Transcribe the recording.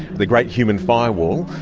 the great human firewall,